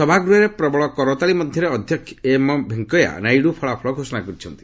ସଭାଗୃହରେ ପ୍ରବଳ କରତାଳି ମଧ୍ୟରେ ଅଧ୍ୟକ୍ଷ ଏମ୍ ଭେଙ୍କିୟା ନାଇଡୁ ଫଳାଫଳ ଘୋଷଣା କରିଛନ୍ତି